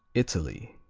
italy